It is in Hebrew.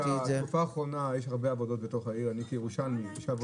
בתקופה האחרונה יש הרבה עבודות בתוך העיר אני כירושלמי תושב העיר,